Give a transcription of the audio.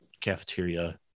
cafeteria